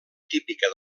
típica